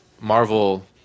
Marvel